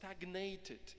stagnated